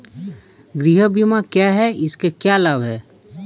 गृह बीमा क्या है इसके क्या लाभ हैं?